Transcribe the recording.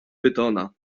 pytona